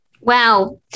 Wow